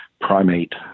primate